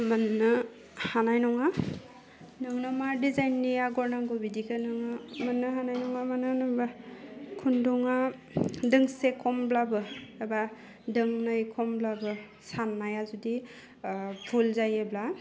मोननो हानाय नङा नोंनो मा डिजाइननि आगर नांगौ बिदिखो नोङो मोननो हानाय नङा मानो होनोबा खुन्दुङा दोंसे खमब्लाबो एबा दोंनै खमब्लाबो साननाया जुदि ओह भुल जायोब्ला